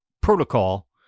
protocol